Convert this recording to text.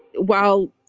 wow.